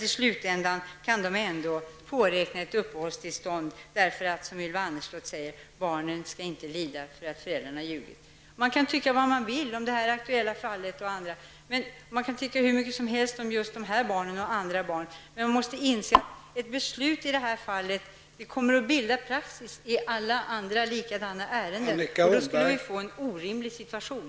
I slutändan kan de ändå räkna med ett uppehållstillstånd därför att, som Ylva Annerstedt säger, barn inte skall behöva lida därför att föräldrarna har ljugit. Man kan tycka vad man vill om just den här familjen och andra, och man kan tycka hur mycket som helst om just dessa barn eller andra barn, men vi måste inse att beslut i det här fallet om fortsatt uppehållstillstånd skulle bilda praxis att tillämpas i alla andra liknande ärenden. Då skulle vi få en orimlig situation.